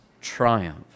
triumph